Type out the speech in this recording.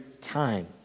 time